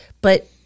But-